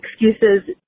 excuses